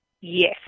Yes